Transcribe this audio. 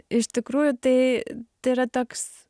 iš tikrųjų tai tai yra toks